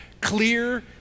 clear